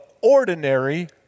ordinary